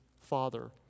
Father